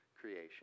creation